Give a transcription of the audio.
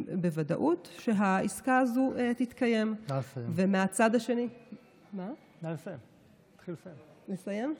בוודאות שהעסקה הזאת תתקיים נא לסיים.